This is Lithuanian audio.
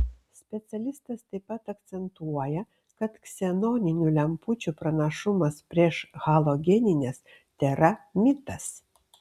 specialistas taip pat akcentuoja kad ksenoninių lempučių pranašumas prieš halogenines tėra mitas